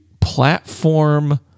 platform